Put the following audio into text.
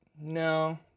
No